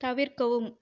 தவிர்க்கவும்